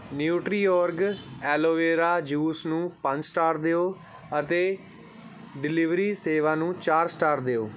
Nutriorg aloe vera juice ਨੂੰ ਪੰਜ star ਦਿਓ ਅਤੇ ਡਿਲੀਵਰੀ ਸੇਵਾ ਨੂੰ ਚਾਰ ਸਟਾਰ ਦਿਓ